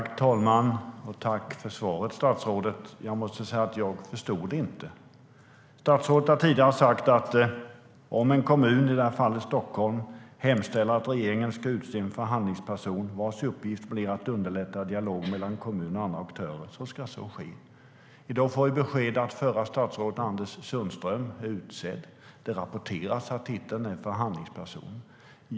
Talman! Tack för svaret, statsrådet! Jag måste säga att jag inte förstod. STYLEREF Kantrubrik \* MERGEFORMAT KommunikationerI dag får vi besked om att förra statsrådet Anders Sundström är utsedd. Det rapporteras att titeln är "förhandlingsperson".